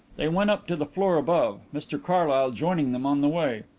they went up to the floor above, mr carlyle joining them on the way.